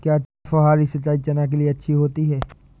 क्या फुहारी सिंचाई चना के लिए अच्छी होती है?